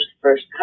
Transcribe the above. first